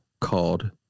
called